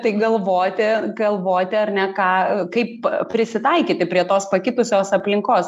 tai galvoti galvoti ar ne ką kaip prisitaikyti prie tos pakitusios aplinkos